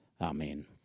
Amen